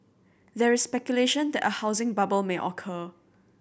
there is speculation that a housing bubble may occur